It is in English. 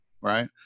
Right